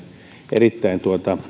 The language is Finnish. erittäin